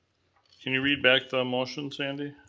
can you read back the motion, sandy?